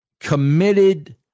committed